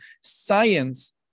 science